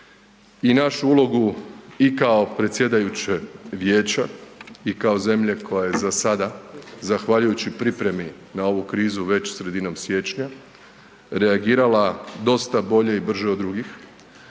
I našu ulogu i kao predsjedajuće vijeća i kao zemlje koja je zasada zahvaljujući pripremi na ovu krizu već sredinom siječnja reagirala dosta bolje i brže od drugih